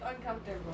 uncomfortable